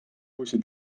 uusi